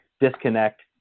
disconnect